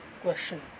question